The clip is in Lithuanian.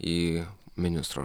į ministro